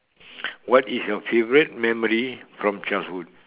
what is your favourite memory from childhood